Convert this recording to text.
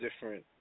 different